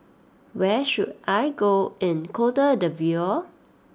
where should I go in Cote d'Ivoire